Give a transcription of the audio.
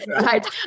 Right